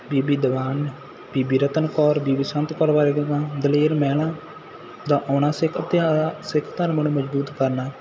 ਬੀਬੀ ਦੀਵਾਨ ਬੀਬੀ ਰਤਨ ਕੌਰ ਬੀਬੀ ਸੰਤ ਕੌਰ ਦਲੇਰ ਮਹਿਲਾ ਦਾ ਆਉਣਾ ਸਿੱਖ ਇਤਿਹਾਸ ਸਿੱਖ ਧਰਮ ਨੂੰ ਮਜ਼ਬੂਤ ਕਰਨਾ